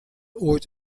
ooit